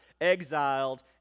exiled